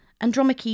Andromache